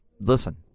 listen